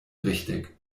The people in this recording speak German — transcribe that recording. richtig